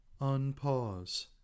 Unpause